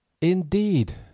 indeed